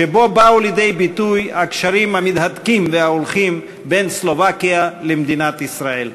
שבו באו לידי ביטוי הקשרים המתהדקים והולכים בין סלובקיה למדינת ישראל.